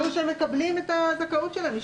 אמרו שהם מקבלים את הזכאות שלהם.